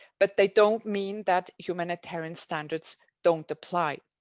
but they don't mean that humanitarian standards don't apply.